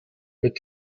mit